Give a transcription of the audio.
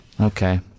Okay